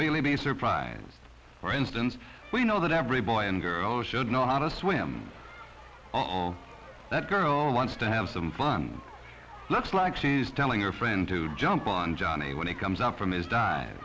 really be surprised for instance we know that every boy and girl should know how to swim that girl wants to have some fun looks like she's telling her friend to jump on johnny when he comes out from his di